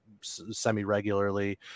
semi-regularly